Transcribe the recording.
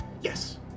yes